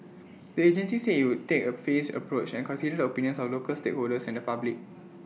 the agency said IT will take A phased approach and consider the opinions of local stakeholders and the public